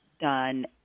done